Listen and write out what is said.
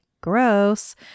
Gross